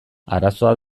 arazoa